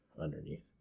underneath